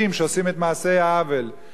וגם את זה הוא צריך לעשות במסגרת החוק.